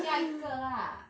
下一个 lah